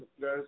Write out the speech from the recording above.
guys